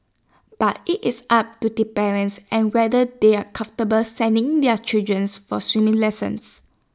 but IT is up to the parents and whether they are comfortable sending their children's for swimming lessons